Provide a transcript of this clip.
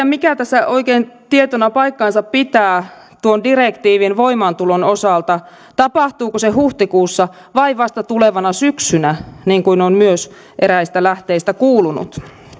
mikä tässä oikein tietona paikkansa pitää tuon direktiivin voimaantulon osalta tapahtuuko se huhtikuussa vai vasta tulevana syksynä niin kuin on myös eräistä lähteistä kuulunut